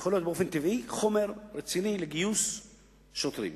חומר רציני לגיוס שוטרים.